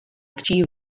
ĉiu